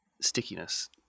stickiness